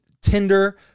Tinder